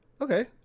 okay